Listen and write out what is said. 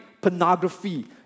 pornography